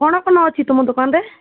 କ'ଣ କ'ଣ ଅଛି ତୁମ ଦୋକାନରେ